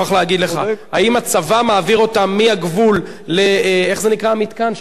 האם הצבא מעביר אותם מהגבול לאיך זה נקרא המתקן?